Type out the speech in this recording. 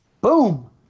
Boom